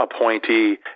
appointee